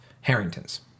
Harrington's